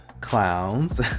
clowns